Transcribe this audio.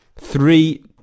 three